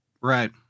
Right